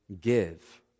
give